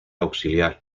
auxiliar